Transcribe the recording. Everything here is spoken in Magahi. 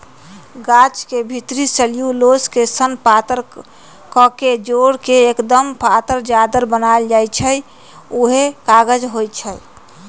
गाछ के भितरी सेल्यूलोस के सन पातर कके जोर के एक्दम पातर चदरा बनाएल जाइ छइ उहे कागज होइ छइ